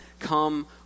come